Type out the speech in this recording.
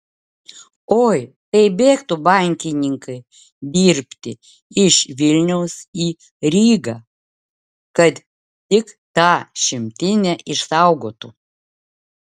oi tai bėgtų bankininkai dirbti iš vilniaus į rygą kad tik tą šimtinę išsaugotų